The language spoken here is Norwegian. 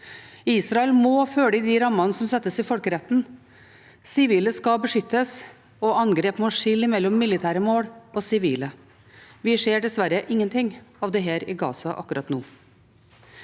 Israel må følge de rammene som settes i folkeretten. Sivile skal beskyttes, og angrep må skille mellom militære mål og sivile. Vi ser dessverre ingenting av dette i Gaza akkurat nå.